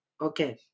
Okay